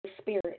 spirit